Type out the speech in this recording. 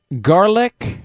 garlic